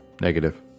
Negative